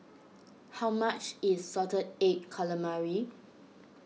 how much is Salted Egg Calamari